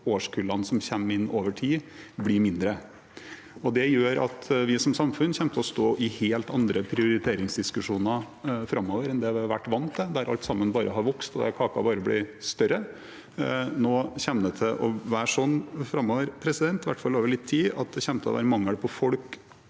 årskullene som kommer inn over tid, blir mindre. Det gjør at vi som samfunn kommer til å stå i helt andre prioriteringsdiskusjoner framover enn det vi har vært vant til, der alt sammen bare har vokst, og kaken bare har blitt større. Nå kommer det til å være sånn framover – i hvert fall over litt tid – at mangel på folk